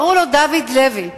קראו לו דוד לוי.